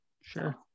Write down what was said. Sure